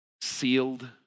sealed